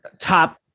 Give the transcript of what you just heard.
top